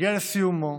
מגיע לסיומו,